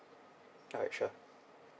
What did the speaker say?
alright sure